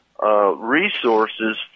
Resources